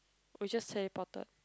we just say ported